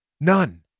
none